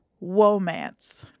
romance